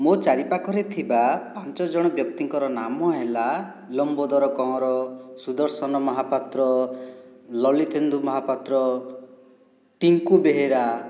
ମୋ' ଚାରିପାଖରେ ଥିବା ପାଞ୍ଚ ଜଣ ବ୍ୟକ୍ତିଙ୍କର ନାମ ହେଲା ଲମ୍ବୋଦର କହଁର ସୁଦର୍ଶନ ମହାପାତ୍ର ଲଳିତେନ୍ଦୁ ମହାପାତ୍ର ଟିଙ୍କୁ ବେହେରା